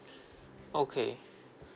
okay